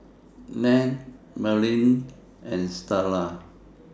Len Merlene and Starla